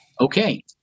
Okay